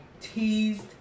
teased